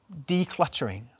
decluttering